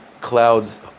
clouds